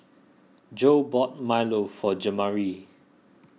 Joe bought Milo for Jamari